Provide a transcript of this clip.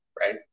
right